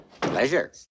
Pleasure